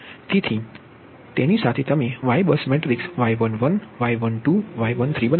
તેથી તેની સાથે તમે Y બસ મેટ્રિક્સ y11 y12 y13 બનાવો